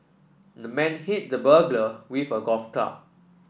the man hit the burglar with a golf club